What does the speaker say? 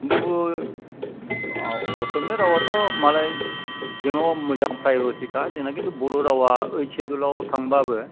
थेवबो आह असमिया रावआथ' मालाय जोंनावबा मोजां प्राय'रिथिखा जोंना खिन्थु बर' रावा ओइथ सिदुलाव थांबाबो